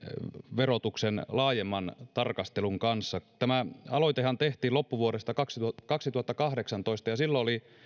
verotuksen laajemman tarkastelun kanssa tämä aloitehan tehtiin loppuvuodesta kaksituhattakahdeksantoista ja silloin oli